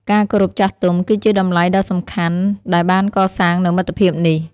ការគោរពចាស់ទុំ គឺជាតម្លៃដ៏សំខាន់ដែលបានកសាងនូវមិត្តភាពនេះ។